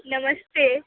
नमस्ते